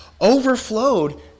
overflowed